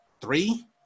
three